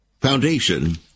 Foundation